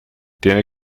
tiene